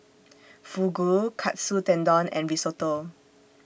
Fugu Katsu Tendon and Risotto